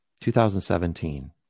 2017